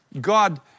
God